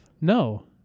No